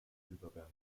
übergang